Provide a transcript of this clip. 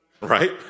right